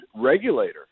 regulator